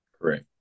Right